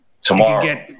tomorrow